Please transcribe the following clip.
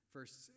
First